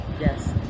Yes